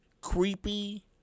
creepy